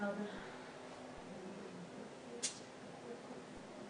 חסיד גור, לכל אחד